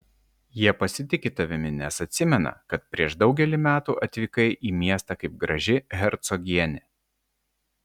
jie pasitiki tavimi nes atsimena kad prieš daugelį metų atvykai į miestą kaip graži hercogienė